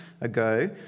ago